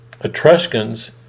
Etruscans